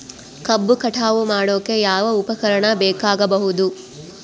ಕಬ್ಬು ಕಟಾವು ಮಾಡೋಕೆ ಯಾವ ಉಪಕರಣ ಬೇಕಾಗಬಹುದು?